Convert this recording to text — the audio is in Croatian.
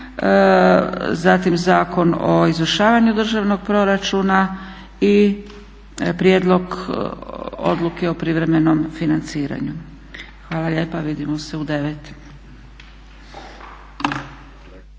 zatim Zakon o izvršavanju državnog proračuna i Prijedlog odluke o privremenom financiranju. Hvala lijepo. Vidimo se u 9.